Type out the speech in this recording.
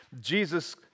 Jesus